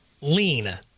lean